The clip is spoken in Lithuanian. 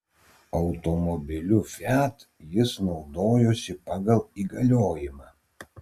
automobiliu fiat jis naudojosi pagal įgaliojimą